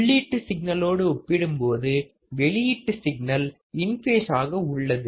உள்ளீட்டு சிக்னலோடு ஒப்பிடும்போது வெளியீட்டு சிக்னல் இன் பேஸாக உள்ளது